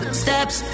steps